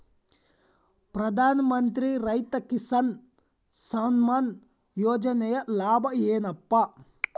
ಪ್ರಧಾನಮಂತ್ರಿ ರೈತ ಕಿಸಾನ್ ಸಮ್ಮಾನ ಯೋಜನೆಯ ಲಾಭ ಏನಪಾ?